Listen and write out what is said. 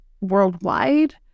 worldwide